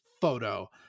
photo